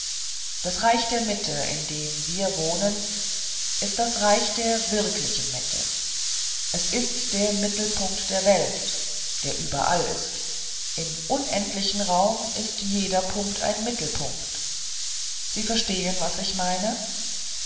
das reich der mitte in dem wir wohnen ist das reich der wirklichen mitte es ist der mittelpunkt der welt der überall ist im unendlichen raum ist jeder punkt ein mittelpunkt sie verstehen was ich meine